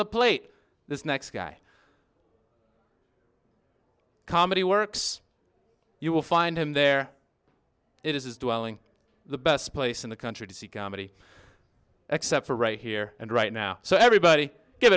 the plate this next guy comedy works you will find him there it is dwelling the best place in the country to see comedy except for right here and right now so everybody give